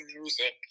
music